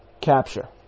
capture